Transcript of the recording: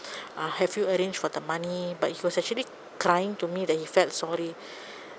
uh have you arrange for the money but he was actually crying to me that he felt sorry